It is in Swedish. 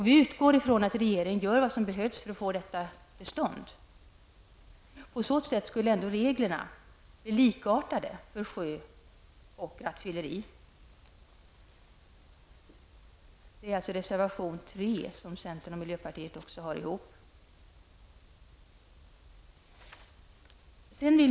Vi utgår från att regeringen gör vad som behövs för att få detta till stånd. På så sätt skulle reglerna ändå bli likartade för sjö och rattfylleri. Centern och miljöpartiet står gemensamt även för reservation 3.